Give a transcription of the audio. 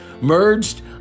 merged